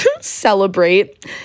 Celebrate